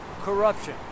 corruption